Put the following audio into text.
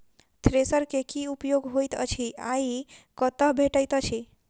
Thresher केँ की उपयोग होइत अछि आ ई कतह भेटइत अछि?